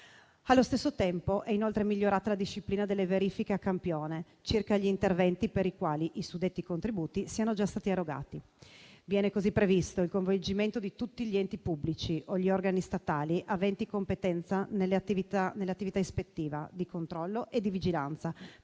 Allo stesso tempo, è inoltre migliorata la disciplina delle verifiche a campione sugli interventi per i quali i suddetti contributi siano già stati erogati. Viene così previsto il coinvolgimento di tutti gli enti pubblici e degli organi statali aventi competenza nell'attività ispettiva, di controllo e di vigilanza, per